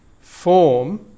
form